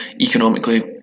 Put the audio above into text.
economically